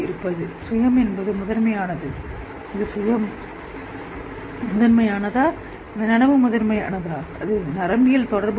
இது சுய முதன்மை இந்த நனவு முதன்மை அல்லது இது நரம்பியல் தொடர்பு